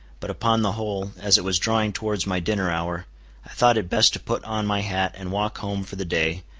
but upon the whole, as it was drawing towards my dinner-hour, i thought it best to put on my hat and walk home for the day,